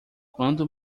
quanto